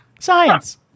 Science